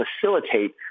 facilitate